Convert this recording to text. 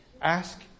Ask